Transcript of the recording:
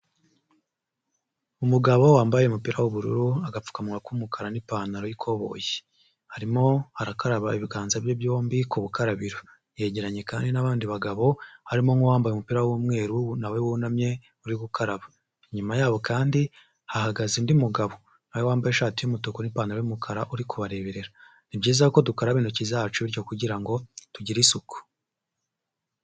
Umugabo wambaye umupira w'ubururu agapfukamuwa k'umukara n'ipantaro y'ikoboyi arimo arakaraba ibiganza bye byombi ku gukarabiro, yegeranye kandi n'abandi bagabo harimo nk'uwambaye umupira w'umweru na we wunamye uri gukaraba, inyuma yabo kandi hahagaze undi mugabo na we wambaye ishati y'umutu n'ipantaro y'umukara uri kubareberera, ni byiza ko dukaraba intoki zacu bityo kugira ngo tugire isuku.